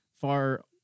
far